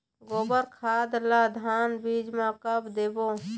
गोबर खाद ला धान बीज म कब देबो?